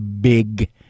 big